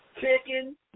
chicken